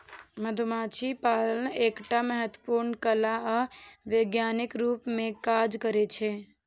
मधुमाछी पालन एकटा महत्वपूर्ण कला आ विज्ञानक रूप मे काज करै छै